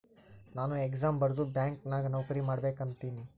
ನಾನು ಎಕ್ಸಾಮ್ ಬರ್ದು ಬ್ಯಾಂಕ್ ನಾಗ್ ನೌಕರಿ ಮಾಡ್ಬೇಕ ಅನ್ಲತಿನ